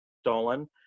stolen